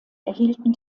erhielten